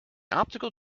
optical